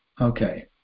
okay